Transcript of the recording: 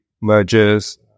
mergers